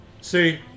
See